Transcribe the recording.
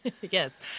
Yes